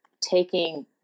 taking